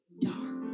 dark